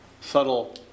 subtle